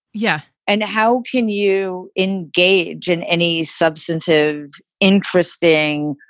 yeah. and how can you engage in any substantive, interesting,